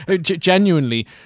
Genuinely